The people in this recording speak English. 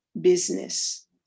business